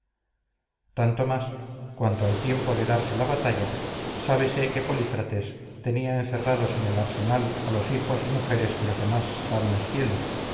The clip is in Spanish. tanto más cuanto al tiempo de darse la batalla sábese que polícrates tenia encerrados en el arsenal a los hijos y mujeres de los demás samios fieles